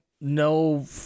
no